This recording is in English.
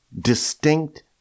distinct